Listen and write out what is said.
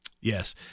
yes